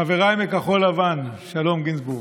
חבריי מכחול לבן, שלום, גינזבורג: